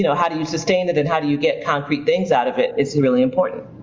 you know how do you sustain it and how do you get concrete things out of it? it's really important.